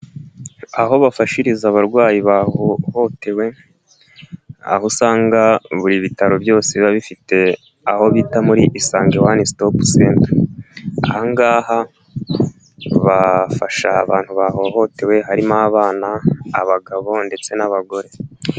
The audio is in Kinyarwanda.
Aho bafashiriza abarwayi bahohotewe, aho usanga buri bitaro byose biba bifite aho bita muri Isange one stop center, ahangaha bafasha abantu bahohotewe, harimo abana, abagabo ndetse n'abagore.